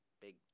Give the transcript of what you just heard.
Big